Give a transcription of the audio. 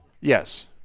Yes